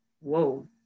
whoa